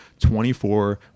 24